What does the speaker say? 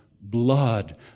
blood